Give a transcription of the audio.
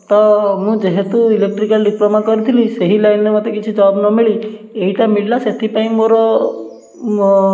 ତ ମୁଁ ଯେହେତୁ ଇଲେକ୍ଟ୍ରିକାଲ ଡିପ୍ଲୋମା କରିଥିଲି ସେହି ଲାଇନରେ ମୋତେ କିଛି ଜବ୍ ନ ମିଳି ଏଇଟା ମିଳିଲା ସେଥିପାଇଁ ମୋର ମୋ